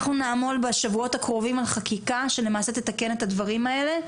אנחנו נעמול בשבועות הקרובים על חקיקה שלמעשה תתקן את הדברים האלה,